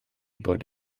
bod